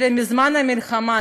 אלא מזמן המלחמה,